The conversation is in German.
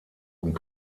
und